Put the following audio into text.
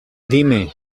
dime